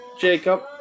Jacob